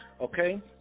Okay